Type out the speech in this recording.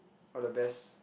all the best